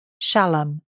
Shalom